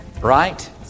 Right